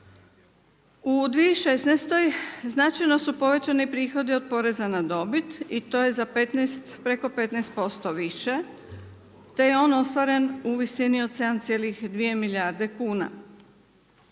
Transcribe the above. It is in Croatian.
U 2016. značajno su povećani prihodi od poreza na dobit i to je preko 15% više, te je on ostvaren u visini od 7,2 milijarde kuna.